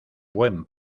buen